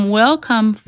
welcome